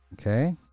Okay